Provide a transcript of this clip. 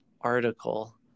article